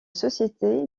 société